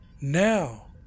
now